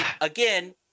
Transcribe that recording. again